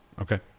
okay